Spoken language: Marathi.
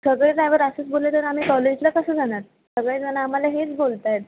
सगळे ड्रायवर असेच बोलले तर आम्ही कॉलेजला कसं जाणार सगळे जणं आम्हाला हेच बोलत आहेत